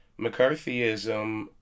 McCarthyism